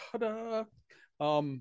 Ta-da